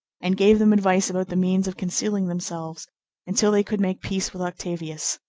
and gave them advice about the means of concealing themselves until they could make peace with octavius.